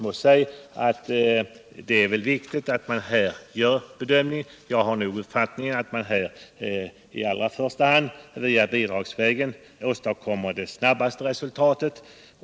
Men jag har den uppfattningen att man genom bidrag åstadkommer det snabbaste resultatet.